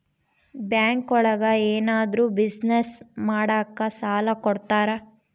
bank ಒಳಗ ಏನಾದ್ರೂ business ಮಾಡಾಕ ಸಾಲ ಕೊಡ್ತಾರ